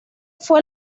fue